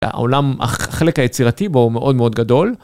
העולם, החלק היצירתי בו מאוד מאוד גדול.